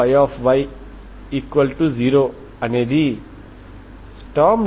కాబట్టి దీని కోసం మనం ఇలా చూడవచ్చు ప్రతి n 0123